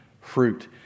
fruit